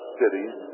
cities